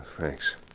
Thanks